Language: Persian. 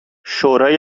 شورای